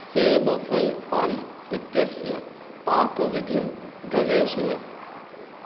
सेबफलं पेयम् इत्यस्य पाकविधिं गवेषय